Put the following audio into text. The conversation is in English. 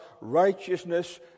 righteousness